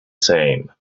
same